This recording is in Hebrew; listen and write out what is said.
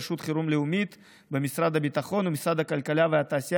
רשות חירום הלאומית במשרד הביטחון ומשרד הכלכלה והתעשייה